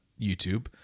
YouTube